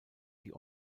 die